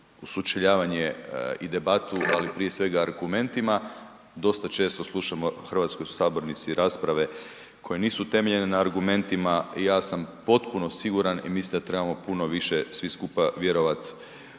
u sučeljavanje i debatu, ali prije svega argumentima, dosta često slušamo u hrvatskoj sabornici rasprave koje nisu utemeljene na argumentima, ja sam potpuno siguran i mislim da trebamo puno više svi skupa vjerovat